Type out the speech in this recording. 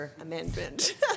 amendment